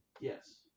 Yes